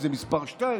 מי זה מס' 2,